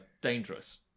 dangerous